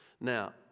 Now